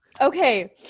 Okay